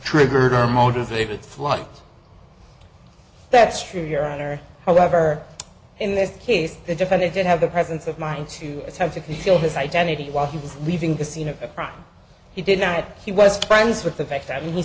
triggered are motivated flight that's true your honor however in this case the defendant did have the presence of mind to attempt to conceal his identity while he was leaving because you know he did not he was friends with the fact that he